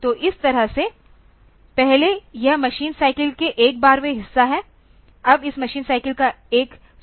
तो इस तरह से पहले यह मशीन साइकिल के एक बारहवें हिस्सा था अब यह मशीन साइकिल का एक 16 वां हिस्सा बन जाता है